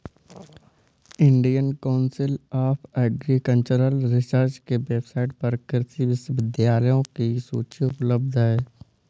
Indian council of agricultural research के website पर कृषि विश्वविद्यालयों की सूची उपलब्ध है